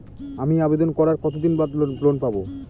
আমি আবেদন করার কতদিন বাদে লোন পাব?